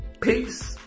Peace